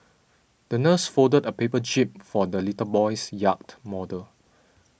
the nurse folded a paper jib for the little boy's yacht model